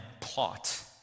plot